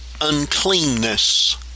uncleanness